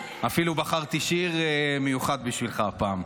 אפילו בחרתי שיר מיוחד בשבילך הפעם.